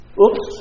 Oops